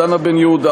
דנה בן יהודה,